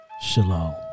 shalom